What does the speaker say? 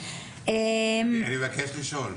אני מבקש לשאול.